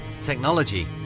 technology